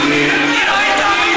מוגי לב.